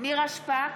נירה שפק,